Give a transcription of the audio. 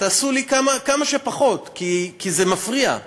תעשו לי כמה שפחות, כי זה מפריע.